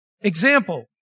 Example